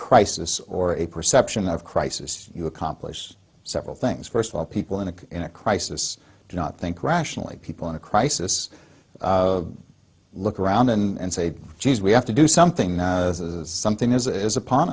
crisis or a perception of crisis you accomplish several things first of all people in a in a crisis do not think rationally people in a crisis look around and say geez we have to do something now something is a is upon